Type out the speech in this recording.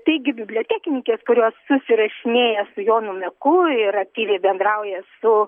taigi bibliotekininkės kurios susirašinėja su jonu meku ir aktyviai bendrauja su